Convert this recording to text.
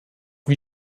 wie